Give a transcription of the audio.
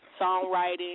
songwriting